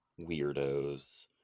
weirdos